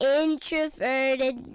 introverted